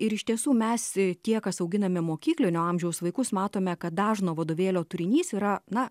ir iš tiesų mes tie kas auginame mokyklinio amžiaus vaikus matome kad dažno vadovėlio turinys yra na